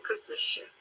position